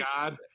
God